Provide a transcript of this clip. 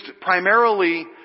primarily